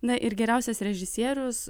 na ir geriausias režisierius